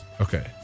Okay